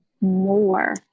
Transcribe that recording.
more